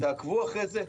תעקבו אחרי זה,